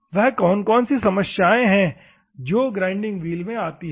वह कौन कौन सी समस्याएं हैं जो ग्राइंडिंग व्हील में आती है